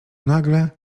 nagle